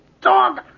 dog